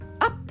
up